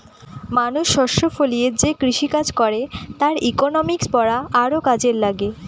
মানুষ শস্য ফলিয়ে যে কৃষিকাজ করে তার ইকনমিক্স পড়া আরও কাজে লাগে